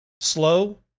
Slow